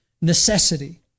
necessity